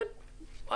כן,